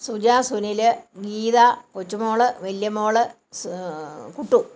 Suja Sunil Geetha Kochumol Valiyamol Kuttu